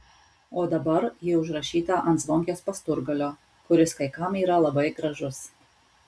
o dabar ji užrašyta ant zvonkės pasturgalio kuris kai kam yra labai gražus